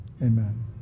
Amen